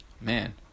Man